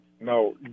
no